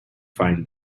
find